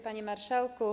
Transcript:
Panie Marszałku!